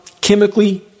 chemically